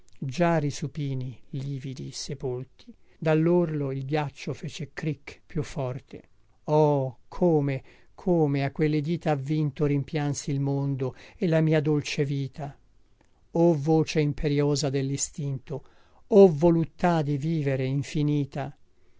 già risupini lividi sepolti dallorlo il ghiaccio fece cricch più forte oh come come a quelle dita avvinto rimpiansi il mondo e la mia dolce vita o voce imperïosa dellistinto o voluttà di vivere infinita